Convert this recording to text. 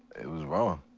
it it was wrong.